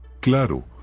Claro